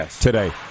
today